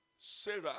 Sarah